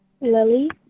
Lily